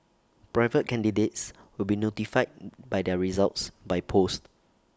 private candidates will be notified by their results by post